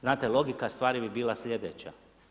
Znate logika stvari bi bila sljedeća.